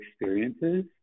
experiences